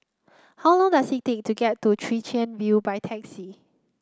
how long does it take to get to Chwee Chian View by taxi